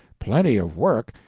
plenty of work,